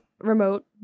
remote